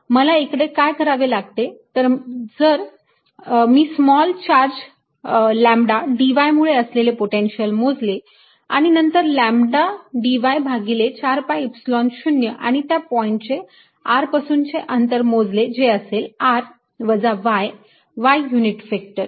मला इकडे काय करावे लागते तर जर मी स्मॉल चार्ज लॅम्बडा dy मुळे असलेले पोटेन्शियल मोजले आणि नंतर लॅम्बडा dy भागिले 4 pi Epsilon 0 आणि त्या पॉइंटचे r पासूनचे अंतर मोजले जे असेल r वजा y y युनिट व्हेक्टर